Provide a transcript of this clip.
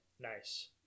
Nice